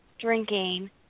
Drinking